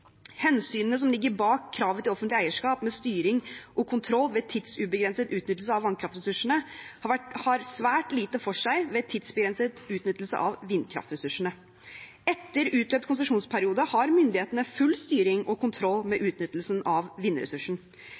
Hensynene som ligger bak kravet til offentlig eierskap med styring og kontroll ved tidsubegrenset utnyttelse av vannkraftressursene, har svært lite for seg ved tidsbegrenset utnyttelse av vindkraftressursene. Etter utløpt konsesjonsperiode har myndighetene full styring og kontroll med utnyttelsen av vindressursen.